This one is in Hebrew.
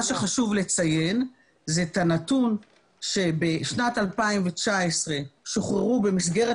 מה שחשוב לציין זה את הנתון שבשנת 2019 שוחררו במסגרת